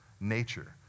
nature